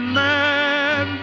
man